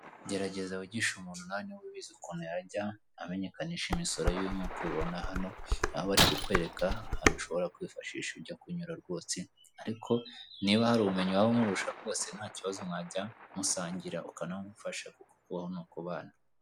Gerageza wigishe umuntu nawe nibaubizi ukuntu yajya amenyekanisha imisoro y'iwe nk'uko ubibona hano, aho bari kukwereka ahantu ushobora kwifashisha ujya kunyura rwose ariko niba hari ubumenyi waba umurusha rwose nta kibazo mwajya musangira ukanamufasha kuko kubaho ni ukubana.